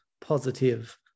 positive